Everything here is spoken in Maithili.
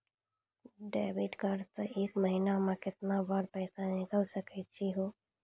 डेबिट कार्ड से एक महीना मा केतना बार पैसा निकल सकै छि हो?